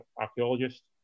archaeologist